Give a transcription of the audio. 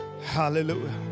Hallelujah